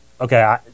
okay